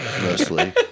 mostly